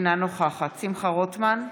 אינה נוכחת שמחה רוטמן,